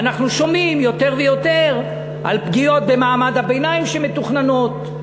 ואנחנו שומעים יותר ויותר על פגיעות במעמד הביניים שמתוכננות,